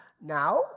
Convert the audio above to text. Now